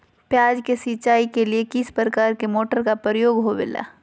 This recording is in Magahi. प्याज के सिंचाई के लिए किस प्रकार के मोटर का प्रयोग होवेला?